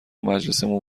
مجلسمون